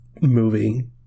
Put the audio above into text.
movie